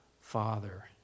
Father